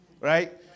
right